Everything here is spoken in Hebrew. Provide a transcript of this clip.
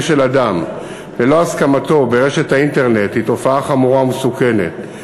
של אדם ללא הסכמתו ברשת האינטרנט היא תופעה חמורה ומסוכנת,